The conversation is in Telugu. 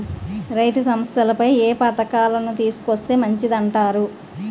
రైతు సమస్యలపై ఏ పథకాలను తీసుకొస్తే మంచిదంటారు?